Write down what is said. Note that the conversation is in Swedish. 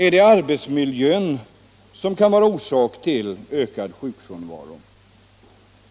Är det arbetsmiljön som kan vara orsak till ökad sjukfrånvaro, alltså